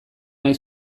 nahi